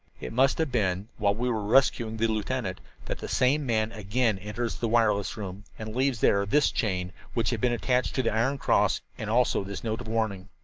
it must have been while we were rescuing the lieutenant that the same man again enters the wireless room and leaves there this chain, which had been attached to the iron cross, and also this note of warning.